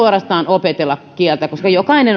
opetella kieltä koska jokainen